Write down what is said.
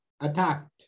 attacked